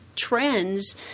Trends